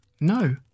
No